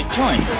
join